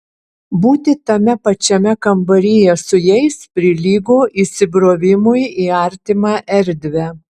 būti tame pačiame kambaryje su jais prilygo įsibrovimui į artimą erdvę